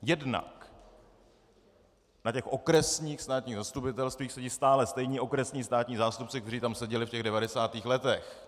Jednak na těch okresních státních zastupitelstvích sedí stále stejní okresní státní zástupci, kteří tam seděli v těch 90. letech.